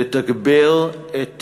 לתגבר את